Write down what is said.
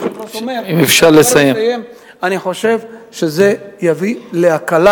כמו שאומר היושב-ראש, אני חושב שזה יביא להקלה,